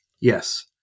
Yes